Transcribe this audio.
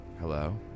Hello